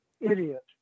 idiot